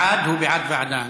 בעד, בעד ועדה.